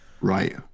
right